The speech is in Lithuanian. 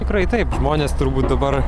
tikrai taip žmonės turbūt dabar